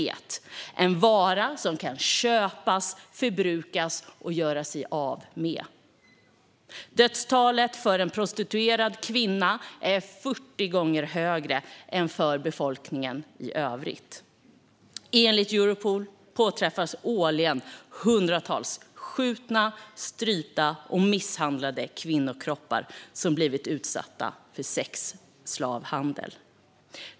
Det är en vara som kan köpas, förbrukas och göra sig av med. Dödstalet för prostituerade kvinnor är 40 gånger högre än för befolkningen i övrigt. Enligt Europol påträffas årligen hundratals skjutna, strypta och misshandlade kvinnokroppar som blivit utsatta för sexslavhandel.